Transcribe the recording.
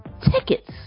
tickets